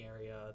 area